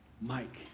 Mike